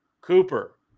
Cooper